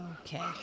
Okay